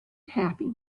happy